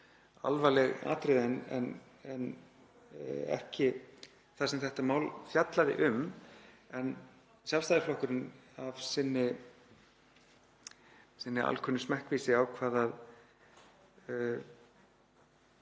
alvarleg atriði en ekki það sem þetta mál fjallaði um. En Sjálfstæðisflokkurinn, af sinni alkunnu smekkvísi, ákvað að